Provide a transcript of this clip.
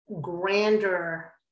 grander